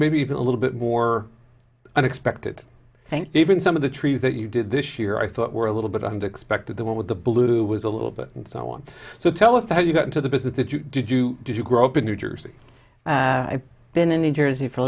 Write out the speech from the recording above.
maybe even a little bit more unexpected thank even some of the trees that you did this year i thought were a little bit and expected the one with the blue was a little bit and so on so tell us how you got into the business that you did you did you grow up in new jersey i've been in new jersey for